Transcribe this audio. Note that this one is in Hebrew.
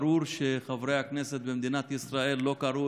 ברור שחברי הכנסת במדינת ישראל לא קראו